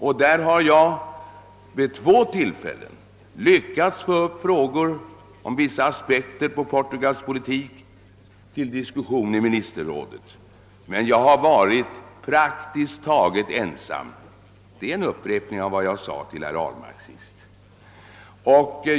Jag har vid två tillfällen lyckats ta upp frågor till diskussion i ministerrådet om Portugals politik, men jag har varit praktiskt taget ensam om detta. Detta är en upprepning av vad jag senast sade till herr Ahlmark.